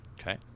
Okay